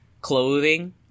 clothing